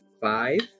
five